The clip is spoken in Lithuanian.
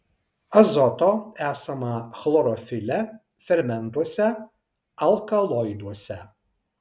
azoto esama chlorofile fermentuose alkaloiduose